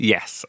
Yes